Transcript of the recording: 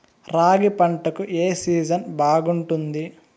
రాగి పంటకు, ఏ సీజన్ బాగుంటుంది?